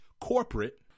corporate